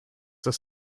das